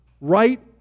right